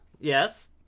Yes